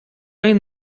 tej